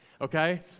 okay